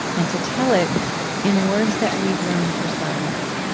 and to tell it in words that leave room for silence,